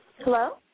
Hello